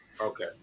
Okay